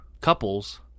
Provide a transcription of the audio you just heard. couples